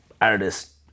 artist